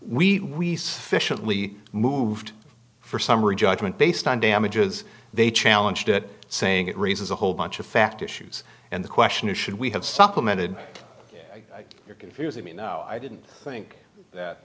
we officially moved for summary judgment based on damages they challenged it saying it raises a whole bunch of fact issues and the question is should we have supplemented your confusing me no i didn't think that